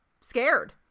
scared